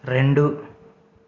రెండు